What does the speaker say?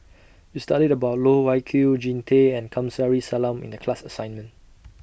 We studied about Loh Wai Kiew Jean Tay and Kamsari Salam in The class assignment